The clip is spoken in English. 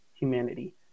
humanity